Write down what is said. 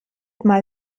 mal